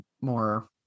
more